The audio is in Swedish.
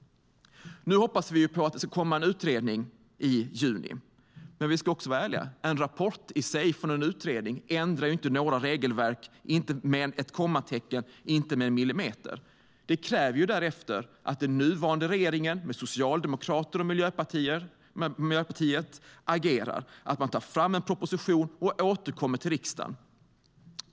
Nu hoppas vi att det ska komma en utredning i juni. Men vi ska också vara ärliga. En rapport från en utredning ändrar i sig inte några regelverk - inte med ett kommatecken, inte med en millimeter. Det krävs därefter att den nuvarande regeringen med Socialdemokraterna och Miljöpartiet agerar, att man tar fram en proposition och återkommer till riksdagen.